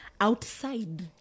outside